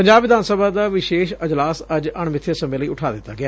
ਪੰਜਾਬ ਵਿਧਾਨ ਸਭਾ ਦਾ ਵਿਸ਼ੇਸ਼ ਅਜਲਾਸ ਅੱਜ ਅਣਮਿੱਥੇ ਸਮੇਂ ਲਈ ਉਠਾਅ ਦਿੱਤਾ ਗਿਆ